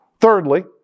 Thirdly